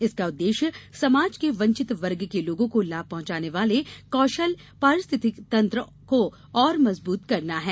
इसका उद्देश्य समाज के वंचित वर्ग के लोगों को लाभ पहुंचाने वाले कौशल पारिस्थितिकी तंत्र और मजबूत करना है